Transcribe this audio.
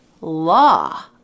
law